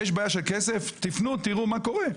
יש בעיה של כסף תפנו, תראו מה קורה.